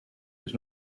was